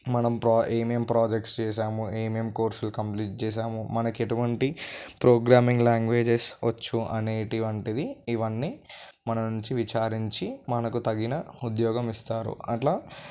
మనం ప్రొ ఏమేం ప్రొజెక్ట్స్ చేసాము ఏమేం కోర్సులు కంప్లీట్ చేసాము మనకి ఎటువంటి ప్రోగ్రామింగ్ లాంగ్వేజెస్ వచ్చు అనేటివంటివి ఇవన్నీ మన నుంచి విచారించి మనకు తగిన ఉద్యోగం ఇస్తారు అట్లా